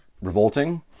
revolting